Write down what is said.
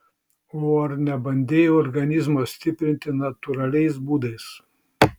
o ar nebandei organizmo stiprinti natūraliais būdais